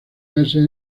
meses